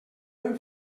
hem